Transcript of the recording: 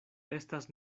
estas